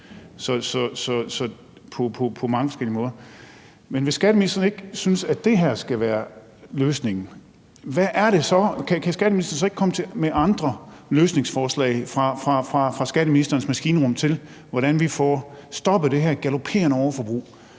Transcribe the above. Men hvis skatteministeren ikke synes, at det her skal være løsningen, kan skatteministeren så ikke komme med andre løsningsforslag fra skatteministerens maskinrum til, hvordan vi får stoppet det her galopperende overforbrug,